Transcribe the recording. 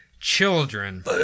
children